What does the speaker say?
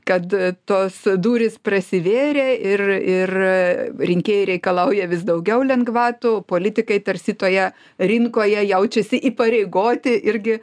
kad tos durys prasivėrė ir ir rinkėjai reikalauja vis daugiau lengvatų politikai tarsi toje rinkoje jaučiasi įpareigoti irgi